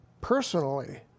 personally